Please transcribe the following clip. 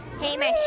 Hamish